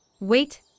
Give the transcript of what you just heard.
Wait